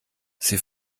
sie